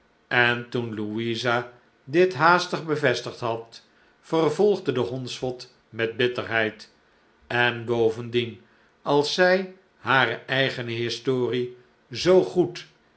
en toen louisa dit haastig bevestigd had vervolgde de hondsvot met bitterheid en bovendien als zij hare eigene historie zoo goed